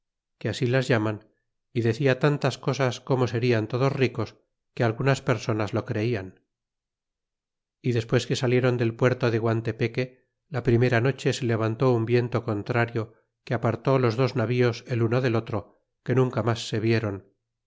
que así las llaman y decía tantas cosas como serian todos ricos que algunas personas lo creian y despues que saliéron del puerto de guantepeque la primera noche se levantó un viento contrario que apartó los dos navíos el uno del otro que nunca mas se vieron